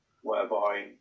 whereby